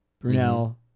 Brunel